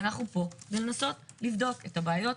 ואנחנו פה לנסות לבדוק את הבעיות,